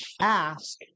ask